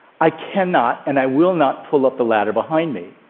i cannot and i will not pull up the ladder behind me.